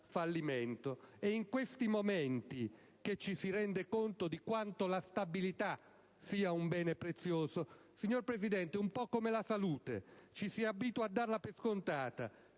fallimento. È in questi momenti che ci si rende conto di quanto la stabilità sia un bene prezioso. Signor Presidente, un po' come la salute: ci si abitua a darla per scontata,